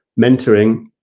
mentoring